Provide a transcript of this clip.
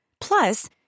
Plus